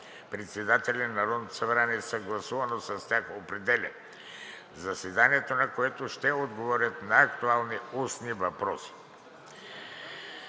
председателят на Народното събрание, съгласувано с тях, определя заседанието, на което ще отговарят на актуални устни въпроси.